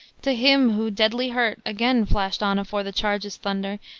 to him who, deadly hurt, agen flashed on afore the charge's thunder,